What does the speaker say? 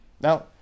Now